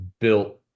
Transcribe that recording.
built